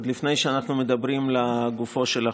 עוד לפני שאנחנו מדברים לגופו של החוק.